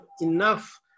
enough